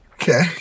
Okay